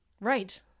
Right